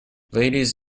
ladies